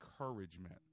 encouragement